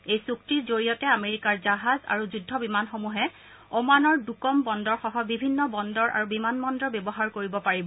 এই চুক্তিৰ জৰিয়তে আমেৰিকাৰ জাহাজ আৰু যুদ্ধ বিমানসমূহে অমানৰ ডুকম বন্দৰসহ বিভিন্ন বন্দৰ আৰু বিমান বন্দৰ ব্যৱহাৰ কৰিব পাৰিব